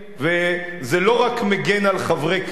וזה לא רק מגן על חברי כנסת,